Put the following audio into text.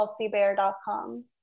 chelseabear.com